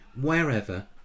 wherever